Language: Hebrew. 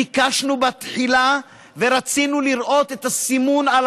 ביקשנו בתחילה ורצינו לראות את הסימון על